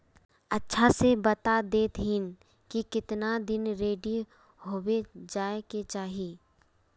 अच्छा से बता देतहिन की कीतना दिन रेडी होबे जाय के चही?